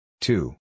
Two